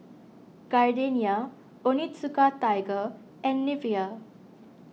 Gardenia Onitsuka Tiger and Nivea